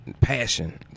passion